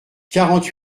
quarante